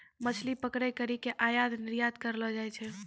मछली पकड़ी करी के आयात निरयात करलो जाय छै